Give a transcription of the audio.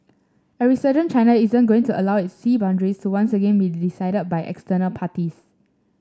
a resurgent China isn't going to allow it sea boundaries to once again be decided by external parties